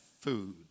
food